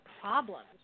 problems